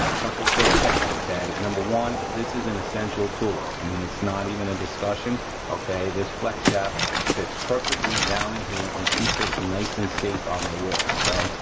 ah couple quick things okay? number one, this is an essential tool, i mean it's not even a discussion okay, this flex shaft fits perfectly down in here and keeps us nice and safe on the wall, okay?